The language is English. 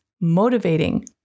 motivating